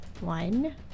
One